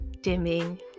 dimming